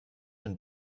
den